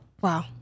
Wow